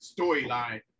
storyline